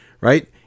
right